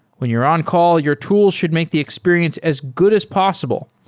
when you're on-call, your tool should make the experience as good as possible,